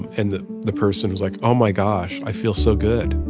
and the the person was like, oh, my gosh, i feel so good.